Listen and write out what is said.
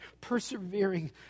persevering